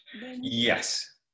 Yes